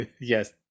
yes